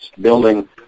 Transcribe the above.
building